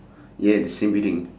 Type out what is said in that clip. yeah the same building